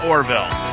Orville